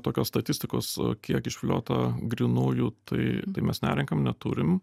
tokios statistikos kiek išviliota grynųjų tai mes nerenkam neturim